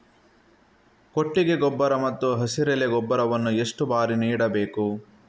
ಕೊಟ್ಟಿಗೆ ಗೊಬ್ಬರ ಮತ್ತು ಹಸಿರೆಲೆ ಗೊಬ್ಬರವನ್ನು ಎಷ್ಟು ಬಾರಿ ನೀಡಬೇಕು?